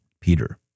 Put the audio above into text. Peter